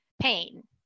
pain